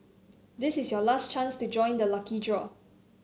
this is your last chance to join the lucky draw